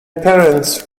parents